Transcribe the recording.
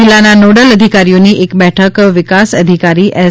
જિલ્લાના નોડલ અધિકારીઓની એક બેઠક વિકાસ તંત્ર અધિકારી એસ